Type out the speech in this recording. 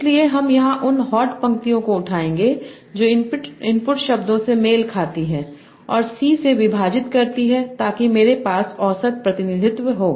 इसलिए हम यहां उन हॉट पंक्तियों को उठाएंगे जो इनपुट शब्दों से मेल खाती हैं और C से विभाजित करती हैं ताकि मेरे पास औसत प्रतिनिधित्व हो